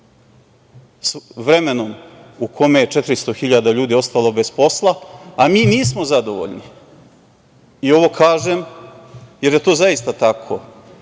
vremenom u kome je 400 hiljada ljudi ostalo bez posla, a mi nismo zadovoljni, i ovo kažem, jer je to zaista tako,